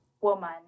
woman